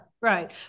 Right